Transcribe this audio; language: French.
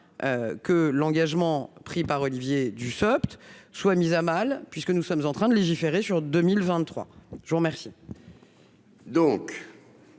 que l'engagement pris par Olivier Dussopt soit mis à mal, puisque nous sommes en train de légiférer pour 2023. Je mets aux voix